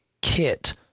kit